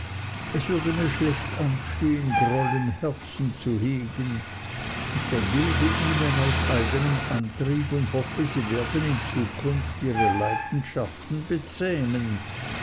es würde mir schlecht anstehen groll im herzen zu hegen ich vergebe ihnen aus eignem antrieb und hoffe sie werden in zukunft ihre leidenschaften bezähmen